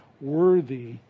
worthy